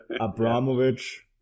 Abramovich